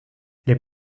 les